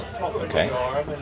Okay